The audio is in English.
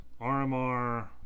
RMR